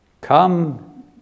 Come